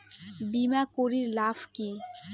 বিমা করির লাভ কি?